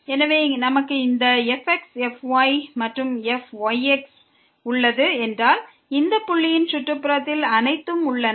எனவே நமக்கு இந்த fx fy மற்றும் fyx உள்ளது என்றால் இந்த புள்ளியின் சுற்றுப்புறத்தில் அனைத்தும் உள்ளன